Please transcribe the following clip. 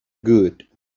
good